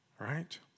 Right